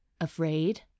Afraid